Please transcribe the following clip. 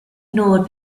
ignored